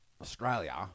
Australia